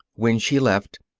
when she left,